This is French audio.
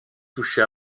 touché